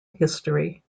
history